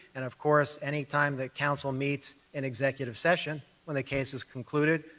and of course, any time the council meets in executive session, when the case is concluded,